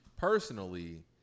Personally